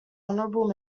honorable